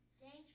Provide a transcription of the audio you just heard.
Thanks